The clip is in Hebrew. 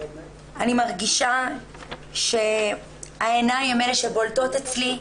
אני מרגישה שהעיניים הן אלה שבולטות אצלי.